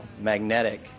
magnetic